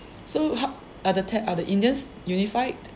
so how are the ta~ are the indians unified